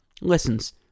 Lessons